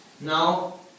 Now